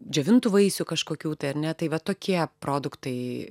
džiovintų vaisių kažkokių tai ar ne tai va tokie produktai